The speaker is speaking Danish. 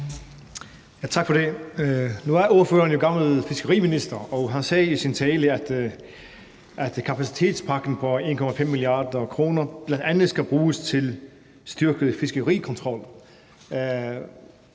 Tak for det. Nu er ordføreren jo gammel fiskeriminister, og han sagde i sin tale, at Arktis Kapacitetspakke på 1,5 mia. kr. bl.a. skal bruges til en styrket fiskerikontrol.